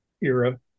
era